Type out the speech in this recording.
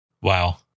Wow